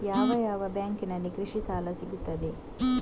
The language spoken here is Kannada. ಯಾವ ಯಾವ ಬ್ಯಾಂಕಿನಲ್ಲಿ ಕೃಷಿ ಸಾಲ ಸಿಗುತ್ತದೆ?